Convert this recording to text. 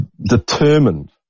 determined